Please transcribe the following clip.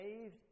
saved